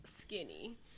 skinny